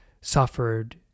suffered